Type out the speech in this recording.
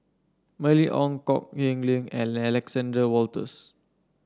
Mylene Ong Kok Heng Leun and Alexander Wolters